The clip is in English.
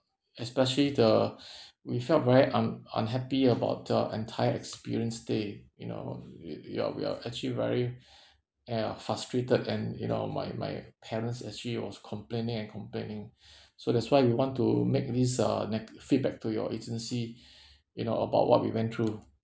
especially the we felt very un~ unhappy about the entire experience stay you know y~ ya we are actually very err frustrated and you know my my parents actually was complaining and complaining so that's why we want to make this uh neg~ feedback to your agency you know about what we went through